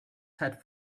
set